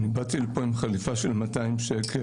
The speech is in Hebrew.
אני באתי לפה עם חליפה שעולה 200 שקל,